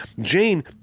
Jane